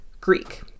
Greek